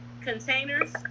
containers